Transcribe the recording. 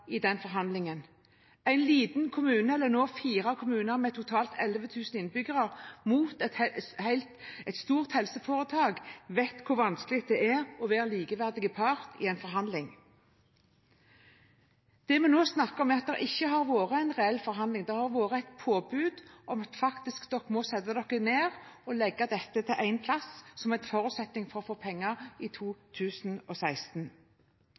i den forhandlingen. En liten kommune, eller nå fire kommuner med totalt 11 000 innbyggere, vet hvor vanskelig det er å være likeverdig part i en forhandling med et stort helseforetak. Det vi nå snakker om, er at det ikke har vært en reell forhandling, men et påbud om å sette seg ned og legge dette til én plass, som en forutsetning for å få penger i 2016.